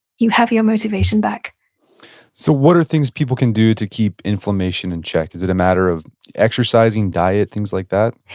you have your motivation back so, what are things people can do to keep inflammation in check? is it a matter of exercising, diet, things like that?